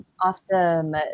Awesome